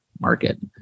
market